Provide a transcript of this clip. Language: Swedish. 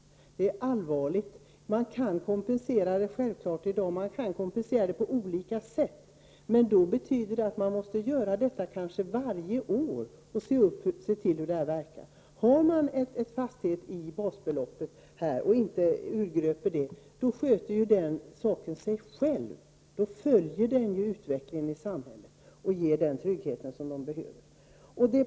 Man kan självfallet ge kompensation på olika sätt i dag, men då måste man göra detta kanske varje år och se efter hur det verkar. Ett fast basbelopp som inte urgröps skö ter sig självt, följer utvecklingen i samhället och ger människor den trygghet som de behöver.